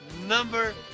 number